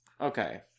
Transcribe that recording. Okay